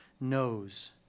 knows